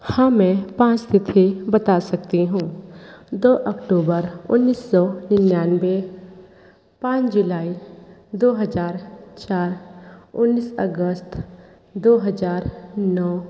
हाँ मैं पाँच तिथि बता सकती हूँ दो अक्टूबर उन्नीस सौ निन्यानबे पाँच जुलाई दो हज़ार चार उन्नीस अगस्त दो हज़ार नौ